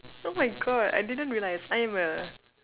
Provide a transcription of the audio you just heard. oh my God I didn't realize I'm a